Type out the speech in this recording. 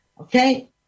Okay